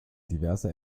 diverse